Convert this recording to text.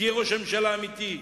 תהיה ראש ממשלה אמיתי,